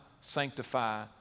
sanctify